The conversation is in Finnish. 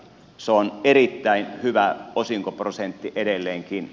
se on erittäin hyvä osinkoprosentti edelleenkin